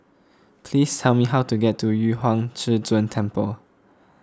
please tell me how to get to Yu Huang Zhi Zun Temple